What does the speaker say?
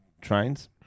trains